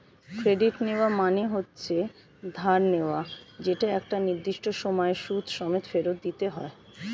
credit নেওয়া মানে হচ্ছে ধার নেওয়া যেটা একটা নির্দিষ্ট সময়ে সুদ সমেত ফেরত দিতে হয়